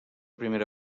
primera